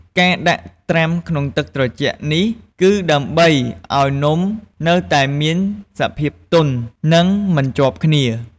ការដាក់ត្រាំក្នុងទឹកត្រជាក់នេះគឺដើម្បីឲ្យនំនៅតែមានសភាពទន់ និងមិនជាប់គ្នា។